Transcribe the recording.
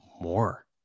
more